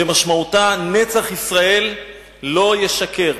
שמשמעותה נצח ישראל לא ישקר,